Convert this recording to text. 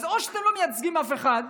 אז או שאתם לא מייצגים אף אחד,